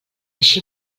així